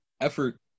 effort